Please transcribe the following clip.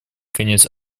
конец